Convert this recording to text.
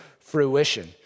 fruition